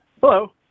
Hello